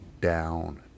down